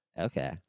Okay